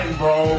bro